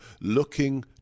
looking